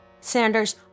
Sanders